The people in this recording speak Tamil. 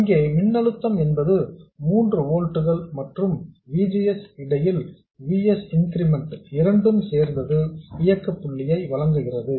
இங்கே மின்னழுத்தம் என்பது 3 ஓல்ட்ஸ் மற்றும் V G S இடையில் V s இன்கிரிமெண்ட் இரண்டும் சேர்ந்தது இயக்க புள்ளியை வழங்குகிறது